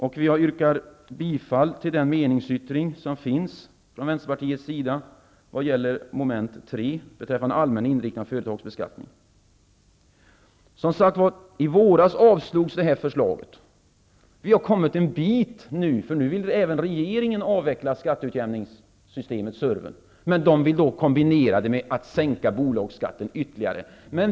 Jag yrkar bifall till den meningsyttring som finns från Vänsterpartiets sida vad gäller mom. 3 beträffande den allmänna inriktningen av företagsbeskattningen. I våras avslogs förslaget. Vi har nu kommit en bit på väg. Nu vill även regeringen avveckla skatteutjämningssystemet, surven. Men regeringen vill kombinera det med att sänka bolagsskatten ytterligare.